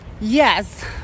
Yes